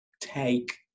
Take